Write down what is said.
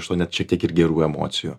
iš to net šitiek ir gerų emocijų